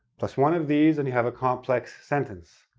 plus one of these, and you have a complex sentence.